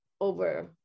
over